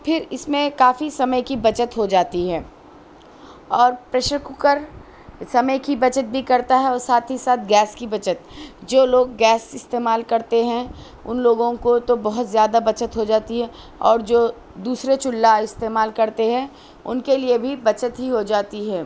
پھر اس میں کافی سمے کی بچت ہو جاتی ہے اور پریشر کوکر سمے کی بچت بھی کرتا ہے اور ساتھ ہی ساتھ گیس کی بچت جو لوگ گیس استعمال کرتے ہیں ان لوگوں کو تو بہت زیادہ بچت ہو جاتی ہے اور جو دوسرے چولہا استعمال کرتے ہیں ان کے لیے بھی بچت ہی ہو جاتی ہے